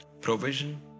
Provision